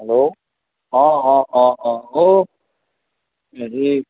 hello অঁ অঁ অঁ অঁ অ' হেৰি